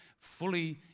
fully